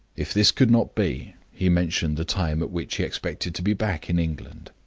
if this could not be, he mentioned the time at which he expected to be back in england,